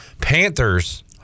Panthers